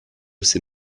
ces